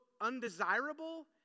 undesirable